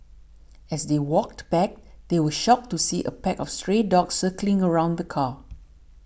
as they walked back they were shocked to see a pack of stray dogs circling around the car